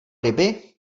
ryby